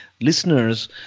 listeners